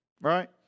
Right